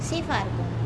safe ah இருக்கும்:irukum